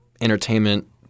entertainment